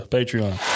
Patreon